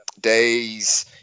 days